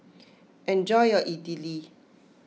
enjoy your Idili